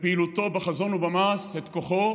בפעילותו בחזון ובמעש את כוחו,